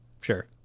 sure